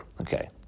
Okay